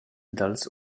dals